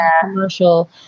commercial